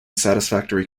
satisfactory